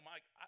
Mike